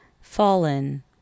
fallen